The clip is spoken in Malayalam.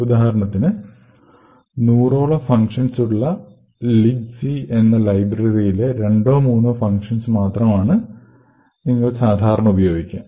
ഉദാഹരണത്തിന് നൂറോളം ഫങ്ഷൻസ് ഉള്ള Libc എന്ന ലൈബ്രറിയിലെ രണ്ടോ മൂന്നോ ഫങ്ഷൻസ് മാത്രമാണ് നിങ്ങൾ സാധാരണ ഉപയോഗിക്കുക